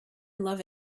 love